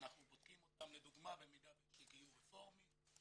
אנחנו בודקים אותם לדוגמה במידה ויש גיור רפורמי,